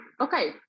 okay